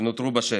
שנותרו בשטח.